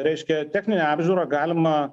reiškia techninę apžiūrą galima